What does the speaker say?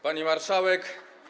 Pani Marszałek!